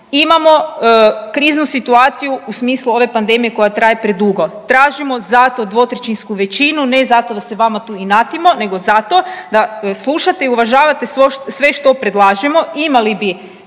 imamo kriznu situaciju u smislu ove pandemije koja traje predugo. Tražimo zato dvotrećinsku većinu ne zato da se vama tu inatimo nego zato da slušate i uvažavate sve što predlažemo,